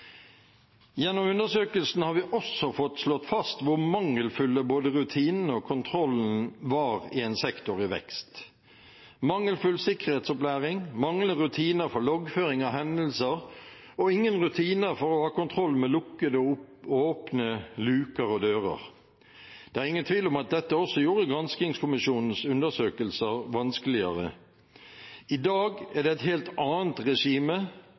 Gjennom undersøkelsen har vi også fått slått fast hvor mangelfulle både rutinene og kontrollen var i en sektor i vekst: mangelfull sikkerhetsopplæring, manglende rutiner for loggføring av hendelser og ingen rutiner for å ha kontroll med lukkede og åpne luker og dører. Det er ingen tvil om at dette også gjorde granskingskommisjonens undersøkelser vanskeligere. I dag er det et helt annet regime,